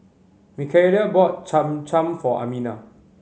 Mikaila bought Cham Cham for Amina